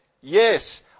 yes